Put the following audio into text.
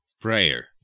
prayer